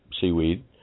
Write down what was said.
seaweed